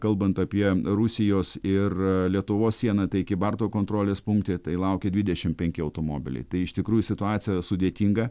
kalbant apie rusijos ir lietuvos sieną tai kybartų kontrolės punkte tai laukia dvidešim penki automobiliai tai iš tikrųjų situacija sudėtinga